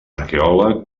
arqueòleg